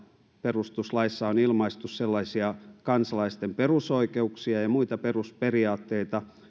perustuslaissa on ilmaistu sellaisia kansalaisten perusoikeuksia ja ja muita perusperiaatteita